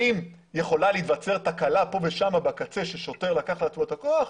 האם יכולה להיווצר תקלה פה ושם בקצה ששוטר לקח לעצמו את הכוח?